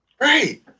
right